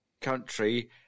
country